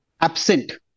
absent